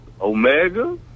Omega